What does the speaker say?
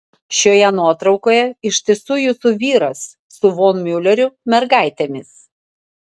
šioje nuotraukoje iš tiesų jūsų vyras su von miulerio mergaitėmis